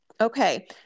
okay